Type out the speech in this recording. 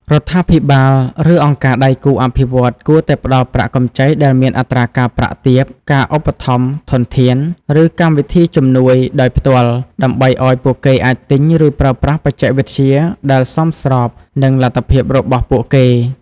រដ្ឋាភិបាល ឬអង្គការដៃគូអភិវឌ្ឍន៍ គួរតែផ្តល់ប្រាក់កម្ចីដែលមានអត្រាការប្រាក់ទាប ការឧបត្ថម្ភធន ឬកម្មវិធីជំនួយដោយផ្ទាល់ ដើម្បីឲ្យពួកគេអាចទិញ ឬប្រើប្រាស់បច្ចេកវិទ្យាដែលសមស្របនឹងលទ្ធភាពរបស់ពួកគេ។